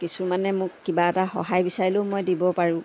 কিছুমানে মোক কিবা এটা সহায় বিচাৰিলেও মই দিব পাৰোঁ